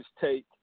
take